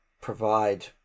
provide